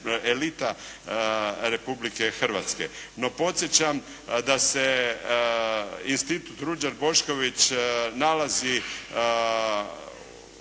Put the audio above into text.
elita Republike Hrvatske. No podsjećam da se Institut "Ruđer Bošković" nalazi